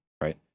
right